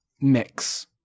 mix